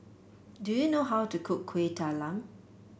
do you know how to cook Kueh Talam